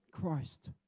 Christ